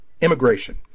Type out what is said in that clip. immigration